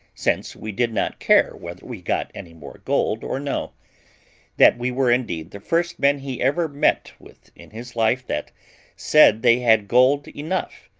since we did not care whether we got any more gold or no that we were indeed the first men he ever met with in his life that said they had gold enough,